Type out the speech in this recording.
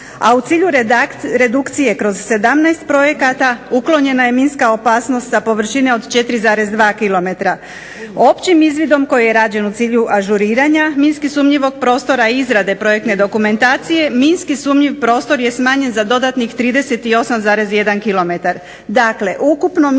a u cilju redukcije kroz 17 projekata uklonjena je minska opasnost sa površine od 4,2 kilometra. Općim izvidom koji je rađen u cilju ažuriranja minski sumnjivog prostora izrade projektne dokumentacije minski sumnjiv prostor je smanjen za dodatnih 38,1